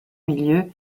milieux